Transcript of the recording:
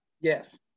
Yes